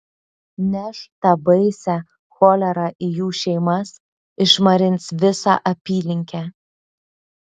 neš tą baisią cholerą į jų šeimas išmarins visą apylinkę